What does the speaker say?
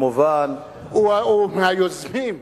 הוא מהיוזמים.